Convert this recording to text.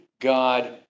God